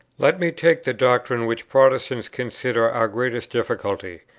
let me take the doctrine which protestants consider our greatest difficulty,